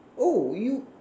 oh you